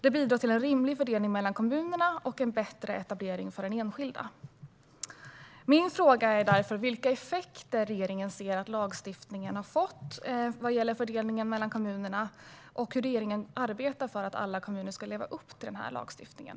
Det bidrar till en rimlig fördelning mellan kommunerna och en bättre etablering för enskilda. Min fråga är därför: Vilka effekter ser regeringen att lagstiftningen har fått vad gäller fördelningen mellan kommunerna, och hur arbetar regeringen för att alla kommuner ska leva upp till lagstiftningen?